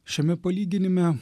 šiame palyginime